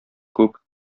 күп